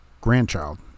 grandchild